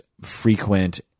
frequent